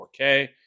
4K